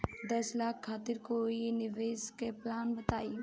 दस साल खातिर कोई निवेश के प्लान बताई?